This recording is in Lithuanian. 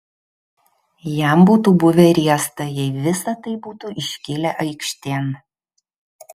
jam būtų buvę riesta jeigu visa tai būtų iškilę aikštėn